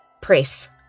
press